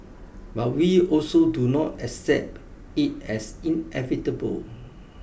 but we also do not accept it as inevitable